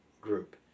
group